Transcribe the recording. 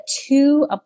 two